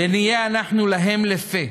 ונהיה אנחנו להם לפה,